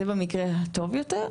זה במקרה הטוב יותר.